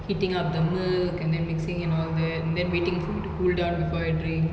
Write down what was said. heating up the milk and then mixing and all that then waiting for it to cool down before I drink